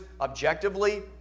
objectively